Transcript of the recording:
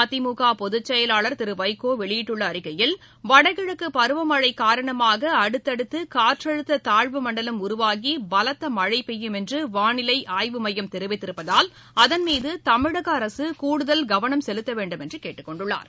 மதிமுகபொதுச் செயலாளர் திருவைகோவெளியிட்டிருக்கும் அறிக்கையில் வடகிழக்குபருவமழைகாரணமாகஅடுத்தடுத்துகாற்றழுத்ததாழ்வு உருவாகிபலத்தமழைபெய்யும் என்றுவாளிலைஆய்வு மையம் தெரிவித்திருப்பதால் அதன்மீதுதமிழகஅரசுகூடுதல் கவனம் செலுத்தவேண்டும் என்றுகேட்டுக் கொண்டுள்ளார்